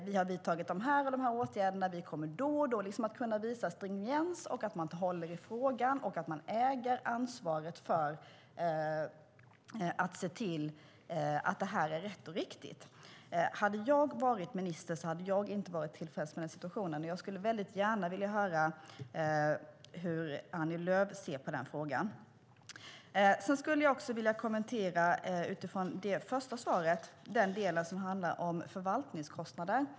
Kan hon säga att de här åtgärderna har vidtagits, visa stringens, visa att hon håller i frågan och äger ansvaret att se till att det här blir rätt och riktigt? Hade jag varit minister hade jag inte varit tillfreds med situationen. Jag skulle gärna vilja höra hur Annie Lööf ser på frågan. Jag vill också utifrån det första svaret kommentera den del som handlar om förvaltningskostnaden.